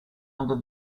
under